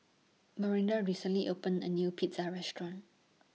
Myranda recently opened A New Pizza Restaurant